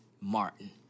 Martin